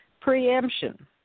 preemption